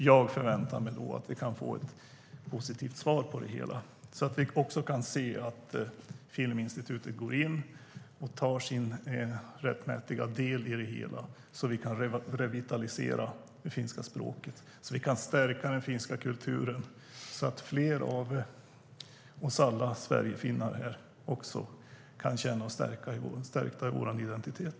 Jag förväntar mig då att vi kan få ett positivt svar där vi kan se att Filminstitutet går in och tar sin rättmätiga del i det hela för att revitalisera det finska språket och stärka den finska kulturen så att alla vi sverigefinnar här kan känna oss stärkta i vår identitet.